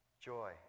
joy